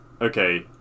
Okay